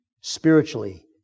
spiritually